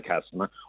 customer